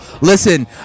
listen